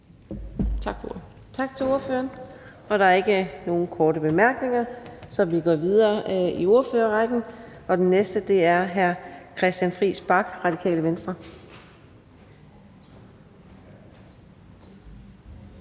Tak til ordføreren. Der er ikke nogen korte bemærkninger. Så vi går videre i ordførerrækken, og den næste er hr. Christian Friis Bach, Radikale Venstre.